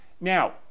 Now